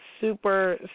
super